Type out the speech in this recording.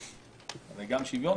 כי גם שוויון,